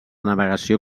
navegació